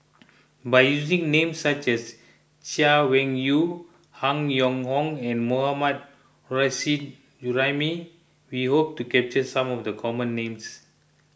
by using names such as Chay Weng Yew Han Yong Hong and Mohammad Nurrasyid Juraimi we hope to capture some of the common names